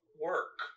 work